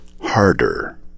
harder